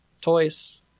toys